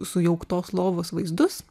sujauktos lovos vaizdus